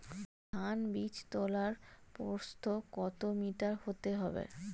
ধান বীজতলার প্রস্থ কত মিটার হতে হবে?